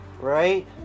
right